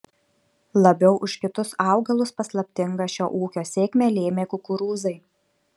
labiau už kitus augalus paslaptingą šio ūkio sėkmę lėmė kukurūzai